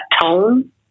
tone